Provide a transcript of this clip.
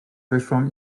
wyszłam